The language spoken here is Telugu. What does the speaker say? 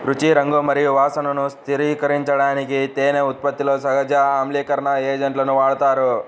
రుచి, రంగు మరియు వాసనను స్థిరీకరించడానికి తేనె ఉత్పత్తిలో సహజ ఆమ్లీకరణ ఏజెంట్లను వాడతారు